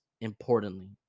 importantly